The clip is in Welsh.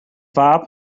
fab